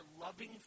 loving